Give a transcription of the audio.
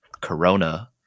corona